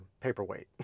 paperweight